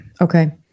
okay